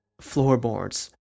floorboards